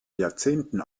jahrzehnten